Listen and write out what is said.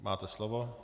Máte slovo.